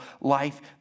life